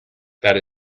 that